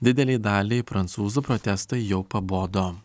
didelei daliai prancūzų protestai jau pabodo